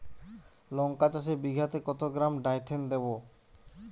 লঙ্কা চাষে বিঘাতে কত গ্রাম ডাইথেন দেবো?